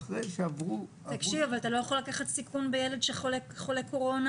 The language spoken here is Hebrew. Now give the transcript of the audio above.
אתה לא יכול לקחת סיכון בילד שחולה קורונה